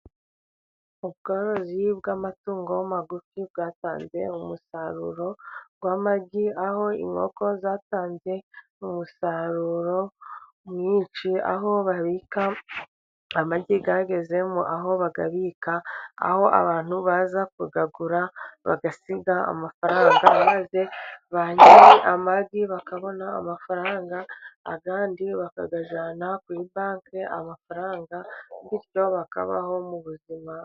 Ubworozi bw'amatungo magufi bwatanze umusaruro w'amagi, aho inkoko zatanze umusaruro mwinshi, aho babika amagi yagezemo, aho bagabika aho abantu baza kuyagura bagasiga amafaranga, maze ba nyiri amagi bakabona amafaranga, andi bakayajyana kuri banki amafaranga, bityo bakabaho mu buzima.